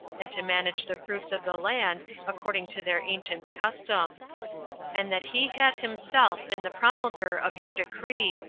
and to manage the fruits of the land, according to their ancient custom and that he had himself been the promulger of your decree,